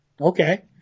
Okay